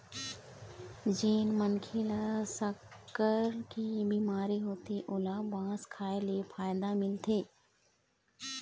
जेन मनखे ल सक्कर के बिमारी होथे ओला बांस खाए ले फायदा मिलथे